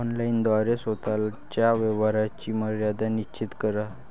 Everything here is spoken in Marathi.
ऑनलाइन द्वारे स्वतः च्या व्यवहाराची मर्यादा निश्चित करा